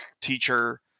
teacher